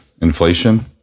inflation